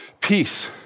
peace